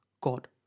God